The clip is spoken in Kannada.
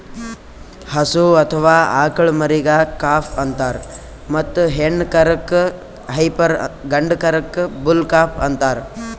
ಹಸು ಅಥವಾ ಆಕಳ್ ಮರಿಗಾ ಕಾಫ್ ಅಂತಾರ್ ಮತ್ತ್ ಹೆಣ್ಣ್ ಕರಕ್ಕ್ ಹೈಪರ್ ಗಂಡ ಕರಕ್ಕ್ ಬುಲ್ ಕಾಫ್ ಅಂತಾರ್